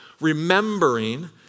remembering